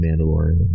Mandalorian